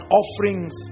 offerings